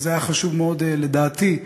היה חשוב מאוד, לדעתי,